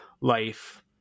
life